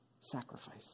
Sacrifice